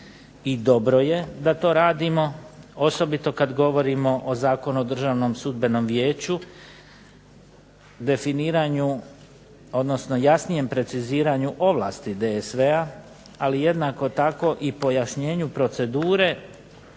i dobro je da to radimo, osobito kad govorimo o Zakonu o Državnom sudbenom vijeću, definiranju, odnosno jasnijem preciziranju ovlasti DSV-a, ali jednako tako i pojašnjenju procedure